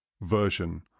version